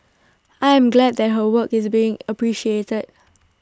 I am glad that her work is being appreciated